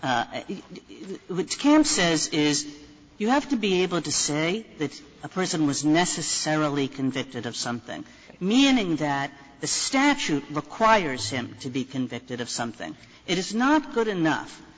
which camp says is you have to be able to say that a person was necessarily convicted of something meaning that the statute requires him to be convicted of something it is not good enough